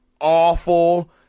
awful